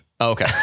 Okay